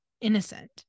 innocent